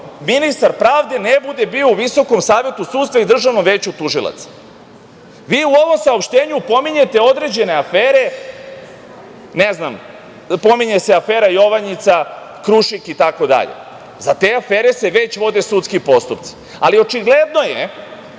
ministar pravde ne bude bio u Visokom savetu sudstva i Državnom veću tužilaca? Vi u ovom saopštenju pominjete određene afere, ne znam, pominje se afera „Jovanjica“, „Krušik“ itd. Za te afere se već vode sudski postupci, ali očigledno je